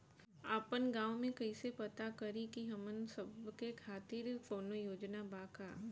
आपन गाँव म कइसे पता करि की हमन सब के खातिर कौनो योजना बा का?